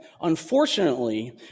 Unfortunately